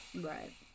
Right